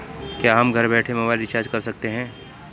क्या हम घर बैठे मोबाइल रिचार्ज कर सकते हैं?